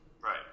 Right